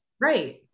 Right